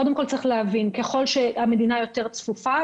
קודם כול צריך להבין שככל שהמדינה יותר צפופה,